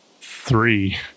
Three